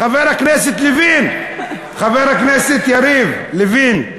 חבר הכנסת יריב לוין,